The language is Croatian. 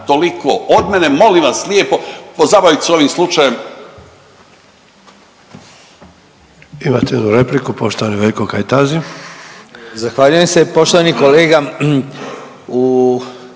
Toliko od mene, molim vas lijepo pozabavite se ovim slučajem.